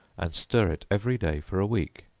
and stir it every day for a week,